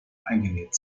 eingenäht